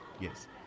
yes